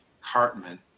Cartman